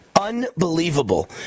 Unbelievable